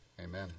Amen